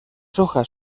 hojas